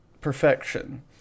perfection